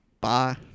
bye